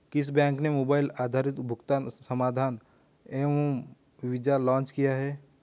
किस बैंक ने मोबाइल आधारित भुगतान समाधान एम वीज़ा लॉन्च किया है?